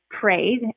prayed